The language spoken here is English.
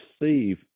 receive